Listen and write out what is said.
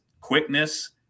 quickness